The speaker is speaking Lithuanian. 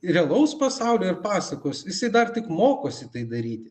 realaus pasaulio ir pasakos jisai dar tik mokosi tai daryti